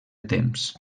temps